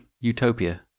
utopia